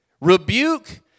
rebuke